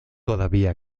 todavía